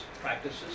practices